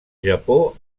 japó